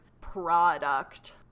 product